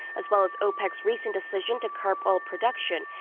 as well as opec's recent decision to curb oil production.